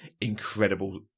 incredible